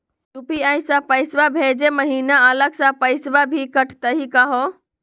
UPI स पैसवा भेजै महिना अलग स पैसवा भी कटतही का हो?